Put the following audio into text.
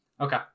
Okay